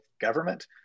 government